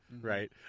right